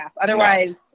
Otherwise